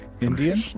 Indian